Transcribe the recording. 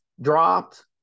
dropped